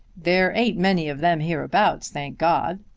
there ain't many of them hereabouts, thank god!